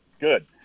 Good